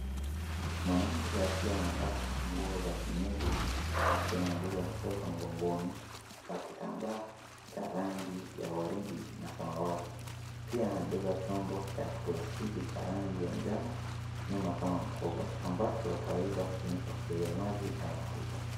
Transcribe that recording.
Mwanamke akiwa amevaa nguo za kienyeji akiwa amebeba mtoto mgongoni na kitambaa cha rangi ya waridi na samawati, pia amebeba chombo cha plastiki cha rangi ya njano nyuma kama mkoba, ambacho kawaida hutumika kubeba maji au mafuta,